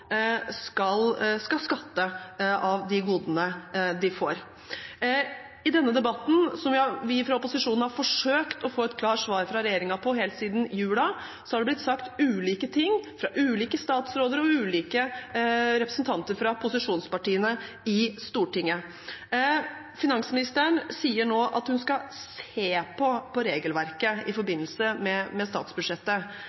skal skatte av de godene de får. I denne debatten, der vi fra opposisjonen helt siden jul har forsøkt å få et klart svar fra regjeringen, har det blitt sagt ulike ting fra ulike statsråder og ulike representanter fra posisjonspartiene i Stortinget. Finansministeren sier nå at hun skal se på regelverket i